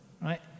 right